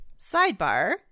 Sidebar